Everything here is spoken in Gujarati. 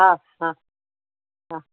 હા હા હા